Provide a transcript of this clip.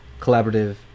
collaborative